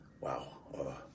wow